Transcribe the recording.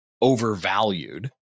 overvalued